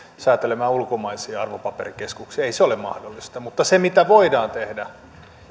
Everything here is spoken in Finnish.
säätelemään ulkomaisia arvopaperikeskuksia ei se ole mahdollista mutta se mitä voidaan tehdä